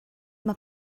mae